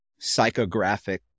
psychographic